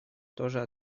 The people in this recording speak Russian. тоже